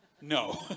No